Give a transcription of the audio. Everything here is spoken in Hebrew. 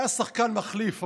הוא היה שחקן מחליף,